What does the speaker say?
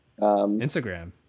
Instagram